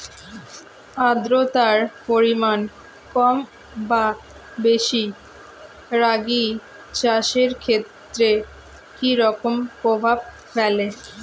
আদ্রতার পরিমাণ কম বা বেশি রাগী চাষের ক্ষেত্রে কি রকম প্রভাব ফেলে?